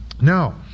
now